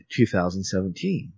2017